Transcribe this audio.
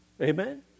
Amen